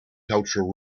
cultural